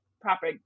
proper